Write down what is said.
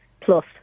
plus